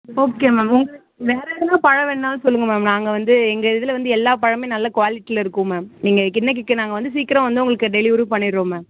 okay ma'am உங்களுக்கு வேறு ஏதனா பழம் வேணுன்னாலும் சொல்லுங்க மேம் நாங்கள் வந்து எங்கள் இதில் வந்து எல்லா பழமுமே நல்ல குவாலிட்டியில் இருக்கும் மேம் நீங்கள் நாங்கள் வந்து சீக்கிரம் வந்து உங்களுக்கு டெலிவரியும் பண்ணிடுவோம் மேம்